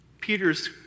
Peter's